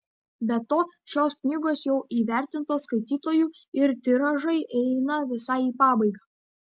be to šios knygos jau įvertintos skaitytojų ir tiražai eina visai į pabaigą